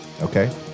Okay